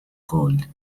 cold